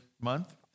month